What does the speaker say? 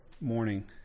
morning